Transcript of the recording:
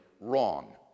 wrong